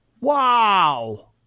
Wow